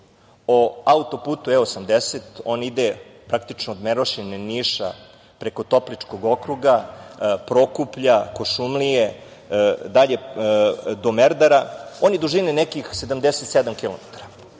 o auto-putu E80, on ide praktično od Merošine, Niša, preko Topličkog okruga, Prokuplja, Kuršumlije, dalje do Merdara, i on je dužine nekih 77 kilometara.